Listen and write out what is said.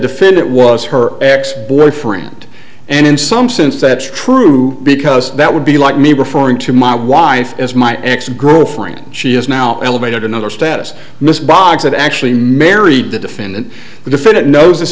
defendant was her ex boyfriend and in some sense that true because that would be like me referring to my wife as my ex girlfriend she is now elevated another status in this box that actually married the defendant the defendant knows this